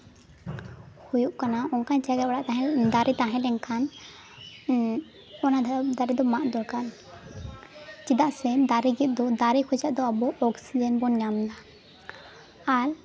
ᱦᱩᱭᱩᱜ ᱠᱟᱱᱟ ᱚᱱᱠᱟᱱ ᱡᱟᱭᱜᱮ ᱨᱮ ᱫᱟᱨᱮ ᱛᱟᱦᱮᱸ ᱞᱮᱱᱠᱷᱟᱱ ᱚᱱᱟ ᱫᱟᱨᱮ ᱫᱚ ᱢᱟᱜ ᱫᱚᱨᱠᱟᱨ ᱪᱮᱫᱟᱜ ᱥᱮ ᱫᱟᱨᱮ ᱜᱮᱫ ᱫᱚ ᱫᱟᱨᱮ ᱠᱷᱚᱱᱟᱜ ᱫᱚ ᱟᱵᱚ ᱚᱠᱥᱤᱡᱮᱱ ᱵᱚᱱ ᱧᱟᱢ ᱮᱫᱟ ᱟᱨ